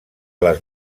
les